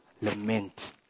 Lament